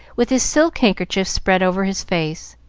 with his silk handkerchief spread over his face.